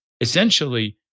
essentially